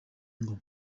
ngo